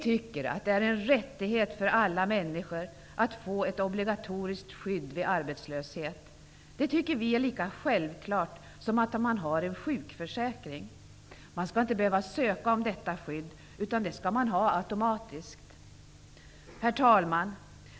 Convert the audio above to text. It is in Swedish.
Det är en rättighet för alla att få ett obligatoriskt skydd vid arbetslöshet. Det tycker vi är lika självklart som att man har en sjukförsäkring. Man skall inte behöva ansöka om detta skydd, utan det skall man ha automatiskt. Herr talman!